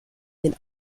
den